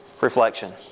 reflection